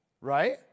Right